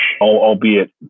albeit